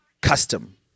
custom